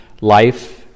life